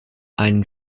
einen